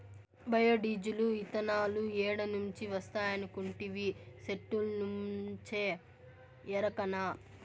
bio diesel, ఇతనాలు ఏడ నుంచి వస్తాయనుకొంటివి, సెట్టుల్నుంచే ఎరకనా